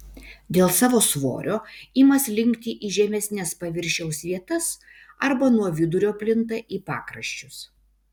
dėl savo svorio ima slinkti į žemesnes paviršiaus vietas arba nuo vidurio plinta į pakraščius